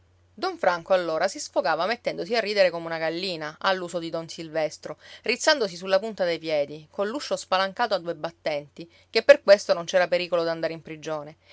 don franco allora si sfogava mettendosi a ridere come una gallina all'uso di don silvestro rizzandosi sulla punta dei piedi coll'uscio spalancato a due battenti che per questo non c'era pericolo d'andare in prigione